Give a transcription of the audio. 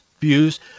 views